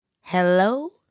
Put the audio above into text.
Hello